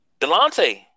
Delonte